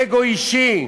אגו אישי,